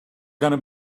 gonna